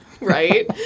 Right